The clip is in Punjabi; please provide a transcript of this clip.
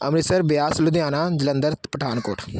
ਅੰਮ੍ਰਿਤਸਰ ਬਿਆਸ ਲੁਧਿਆਣਾ ਜਲੰਧਰ ਪਠਾਨਕੋਟ